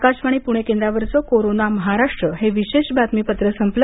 आकाशवाणी पुणे केंद्रावरच कोरोना महाराष्ट्र हे विशेष बातमीपत्र संपल